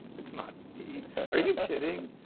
it's not are you kidding?